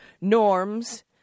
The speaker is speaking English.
norms